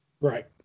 Right